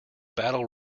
battle